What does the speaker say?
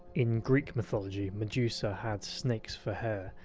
in greek mythology, medusa had snakes for hair,